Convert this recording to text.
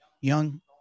young